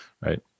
right